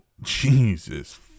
Jesus